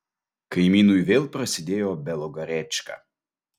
kaimynui vėl prasidėjo belogarečka